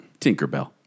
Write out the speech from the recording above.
Tinkerbell